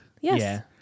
Yes